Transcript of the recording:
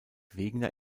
wegener